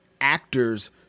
actors